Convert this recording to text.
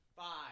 Five